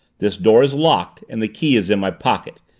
this door is locked and the key is in my pocket!